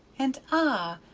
and ah!